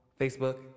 Facebook